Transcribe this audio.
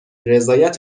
رضایت